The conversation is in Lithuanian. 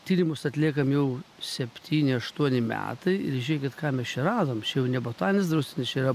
tyrimus atliekam jau septyni aštuoni metai ir žiūrėkit ką mes čia radom čia jau ne botaninis draustinis čia yra